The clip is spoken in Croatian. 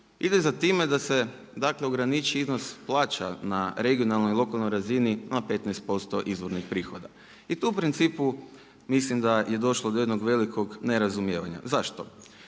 ide za time da se dakle ograniči iznos plaća na regionalnoj i lokalnoj razini na 15% izvornih prihoda. I tu u principu mislim da je došlo do jednog velikog nerazumijevanja. Zašto?